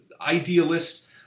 idealist